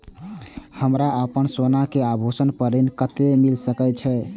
हमरा अपन सोना के आभूषण पर ऋण कते मिल सके छे?